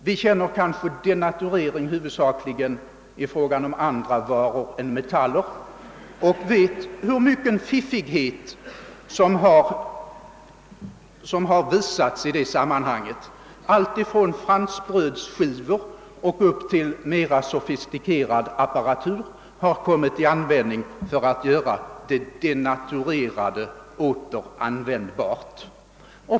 — Vi känner kanske till ordet denaturering huvudsakligen från andra varor än metaller och vet hur mycken fiffighet som har visats i det sammanhanget — allt ifrån franskbrödsskivor och upp till mera sofistikerade apparater har kommit till användning för att göra det denaturerade åter användbart.